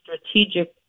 strategic